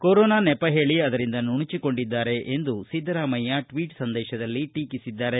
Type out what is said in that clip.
corona ನೆಪ ಹೇಳಿ ಅದರಿಂದ ನುಣುಚಿಕೊಂಡಿದ್ದಾರೆ ಎಂದು ಟ್ವೀಟ್ ಸಂದೇಶದಲ್ಲಿ ಟೀಕಿಸಿದ್ದಾರೆ